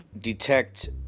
detect